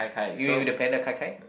you mean the panda Kai Kai